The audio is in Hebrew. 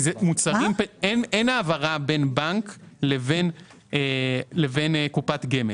אין העברה בין בנק לבין קופת גמל.